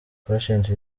patient